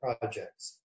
projects